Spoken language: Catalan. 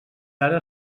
ara